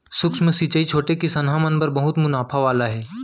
सूक्ष्म सिंचई छोटे किसनहा मन बर बहुत मुनाफा वाला हे